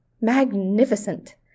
Magnificent